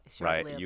right